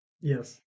Yes